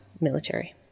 military